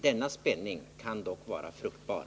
Denna spänning kan dock vara fruktbar.